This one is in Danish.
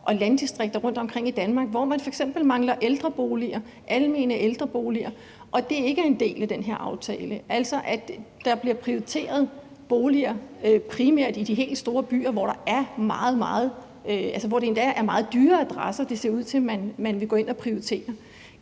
og landdistrikter rundtomkring i Danmark, hvor man f.eks. mangler ældreboliger, almene ældreboliger, og det ikke er en del af den her aftale, altså at der bliver prioriteret boliger primært i de helt store byer, hvor det endda ser ud til, at det er nogle meget dyre adresser, man vil gå ind og prioritere?